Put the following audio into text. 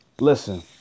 Listen